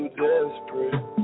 desperate